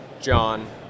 John